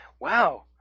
Wow